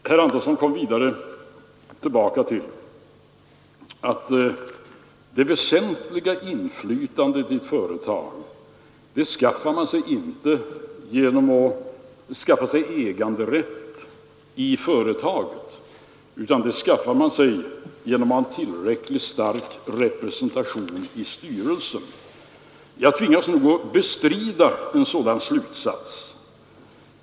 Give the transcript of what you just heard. Herr Antonsson kom vidare tillbaka till att det väsentliga inflytandet i ett företag får man inte genom att skaffa sig äganderätt i företaget, utan det skaffar man sig genom att ha en tillräckligt stark representation i styrelsen. Jag tvingas nog att bestrida en sådan slutsats.